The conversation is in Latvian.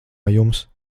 jums